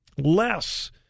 less